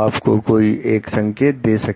आपको कोई एक संकेत दे सके